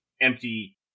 empty